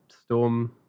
storm